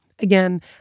Again